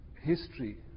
history